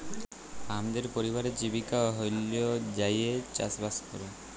হামদের পরিবারের জীবিকা হল্য যাঁইয়ে চাসবাস করা